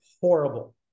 horrible